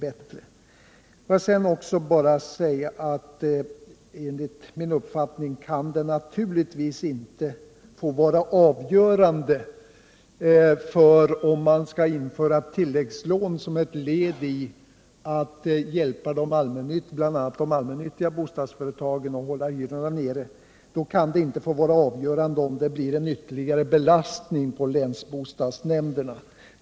Får jag sedan säga att när det gäller att införa särskilda tilläggslån som ett led i hjälpen till de allmännyttiga bostadsföretagen att hålla hyrorna nere kan det, enligt min uppfattning, naturligtvis inte ha någon avgörande betydelse om det blir en ytterligare arbetsbelastning på länsbostadsnämnderna.